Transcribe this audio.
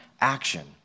action